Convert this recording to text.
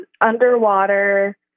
underwater